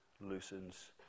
loosens